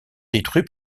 détruits